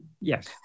Yes